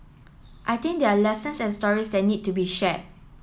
I think there are lessons and stories that need to be share